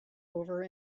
over